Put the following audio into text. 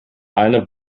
eine